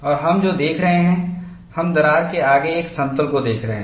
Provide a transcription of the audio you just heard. और हम जो देख रहे हैं हम दरार के आगे एक समतल को देख रहे हैं